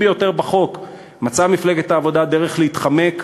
ביותר בחוק מצאה מפלגת העבודה דרך להתחמק,